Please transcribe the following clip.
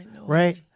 right